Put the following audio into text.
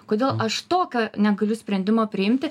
kodėl aš tokio negaliu sprendimo priimti